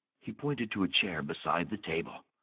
he pointed to a chair beside the table.